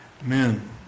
Amen